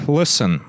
listen